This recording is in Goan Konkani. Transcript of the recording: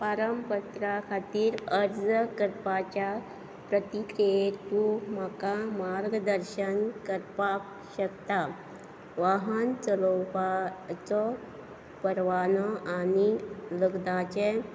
पारपत्रा खातीर अर्ज करपाच्या प्रतिक्रियेंत तूं म्हाका मार्गदर्शन करपाक शकता वाहन चलोवपाचो परवानो आनी लग्नाचें